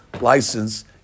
license